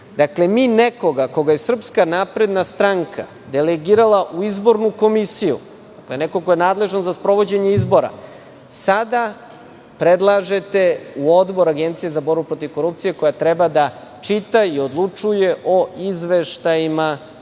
mi nekoga koga je Srpska napredna stranka delegirala u izbornu komisiju, to je neko ko je nadležan za sprovođenje izbora, sada predlažete u Odbor Agencija za borbu protiv korupcije koja treba da čita i odlučuje o izveštajima